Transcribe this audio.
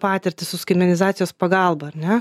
patirtys su skaitmenizacijos pagalba ar ne